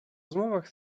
rozmowach